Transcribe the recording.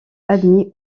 admis